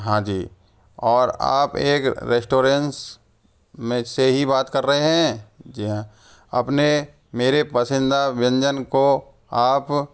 हाँ जी और आप एक रेस्टोरेंस में से ही बात कर रहें हैं जी हाँ आप ने मेरे पसींदा व्यंजन को आप